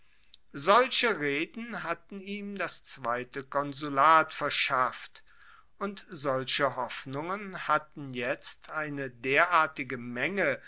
solche reden hatten ihm das zweite konsulat verschafft und solche hoffnungen hatten jetzt eine derartige menge